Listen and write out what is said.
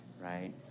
right